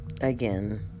again